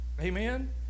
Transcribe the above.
Amen